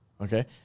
Okay